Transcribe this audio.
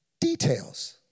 details